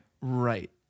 Right